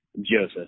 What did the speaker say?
Joseph